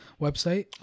website